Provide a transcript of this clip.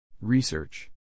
Research